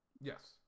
Yes